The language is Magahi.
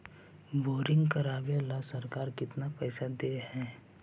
बोरिंग करबाबे ल सरकार केतना पैसा दे है?